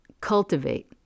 cultivate